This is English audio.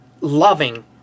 loving